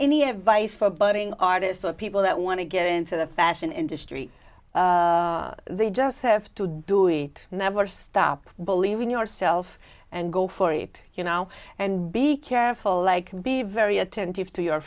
any advice for budding artist or people that want to get into the fashion industry they just have to do it and never stop believing yourself and go for it you know and be careful i can be very attentive to your